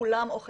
כולם או חלקם.